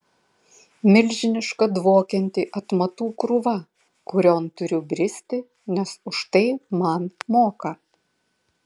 milžiniška dvokianti atmatų krūva kurion turiu bristi nes už tai man moka